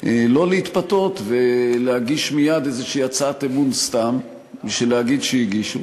לא להתפתות ולהגיש מייד איזו הצעת אי-אמון סתם בשביל להגיד שהגישו.